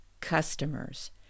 customers